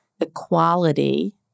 equality